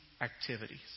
activities